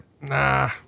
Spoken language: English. nah